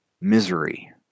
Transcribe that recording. misery